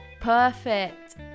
perfect